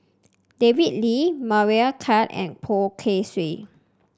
David Lee Meira Chand and Poh Kay Swee